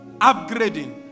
upgrading